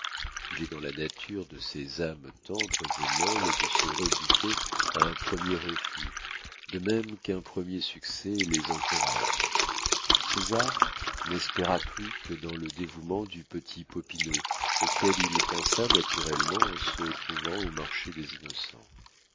il est dans la nature de ces âmes tendres et molles de se rebuter à un premier refus de même qu'un premier succès les encourage césar n'espéra plus que dans le dévouement du petit popinot auquel il pensa naturellement en se trouvant au marché des innocents